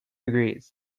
degrees